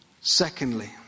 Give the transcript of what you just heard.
Secondly